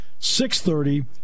630